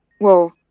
Whoa